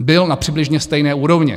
Byl na přibližně stejné úrovni.